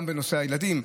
גם בנושא הילדים,